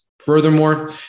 Furthermore